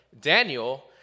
Daniel